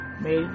made